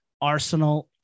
Arsenal